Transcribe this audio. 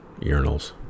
urinals